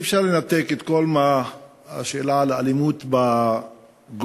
אי-אפשר לנתק את כל השאלה על האלימות הגואה